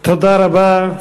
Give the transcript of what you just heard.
תודה רבה,